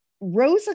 Rosa